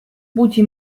budzi